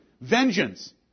Vengeance